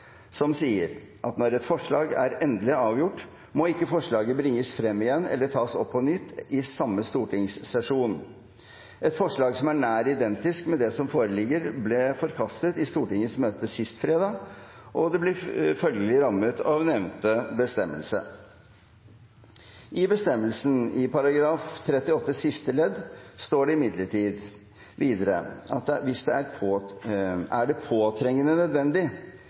som sier: «Når et forslag er endelig avgjort, må forslaget ikke bringes frem igjen eller tas opp på nytt i samme stortingssesjon.» Et forslag som er nær identisk med det som foreligger, ble forkastet i Stortingets møte sist fredag, og det blir følgelig rammet av nevnte bestemmelse. I bestemmelsen i § 38, siste ledd, står det imidlertid videre: «Er det påtrengende nødvendig